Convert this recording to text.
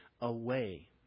away